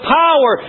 power